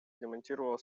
демонтировала